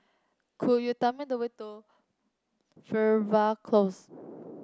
could you tell me the way to Fernvale Close